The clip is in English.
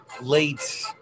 Late